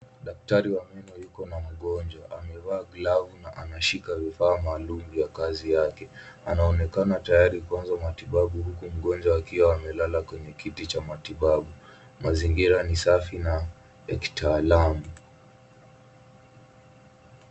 Daktari wa meno yuko na mgonjwa. Amevaa glavu na anashika vifaa maalumu vya kazi yake. Anaonekana tayari kuanza matibabu huku mgonjwa akiwa amelala kwenye kiti cha matibabu. Mazingira ni safi na ya kitaalamu .